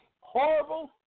horrible